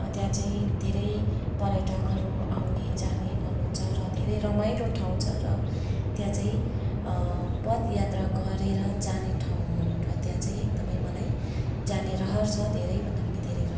त्यहाँ चाहिँ धेरै पर्यटकहरू आउने जाने गर्नु हुन्छ र धेरै रमाइलो ठाउँ छ र त्यहाँ चाहिँ पदयात्रा गरेर जाने ठाउँ हो र त्यहाँ चाहिँ एकदमै मलाई जाने रहर छ धेरै भन्दा पनि धेरै रहर छ